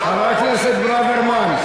חבר הכנסת ברוורמן.